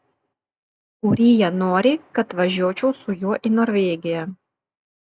ūrija nori kad važiuočiau su juo į norvegiją